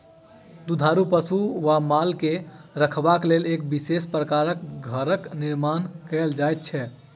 दुधारू पशु वा माल के रखबाक लेल एक विशेष प्रकारक घरक निर्माण कयल जाइत छै